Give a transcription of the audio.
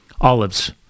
olives